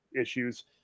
issues